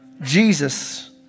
Jesus